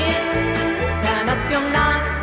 international